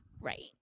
Right